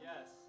Yes